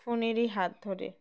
ফোনেরই হাত ধরে